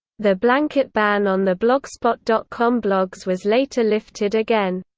the blanket ban on the blogspot dot com blogs was later lifted again.